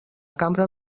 cambra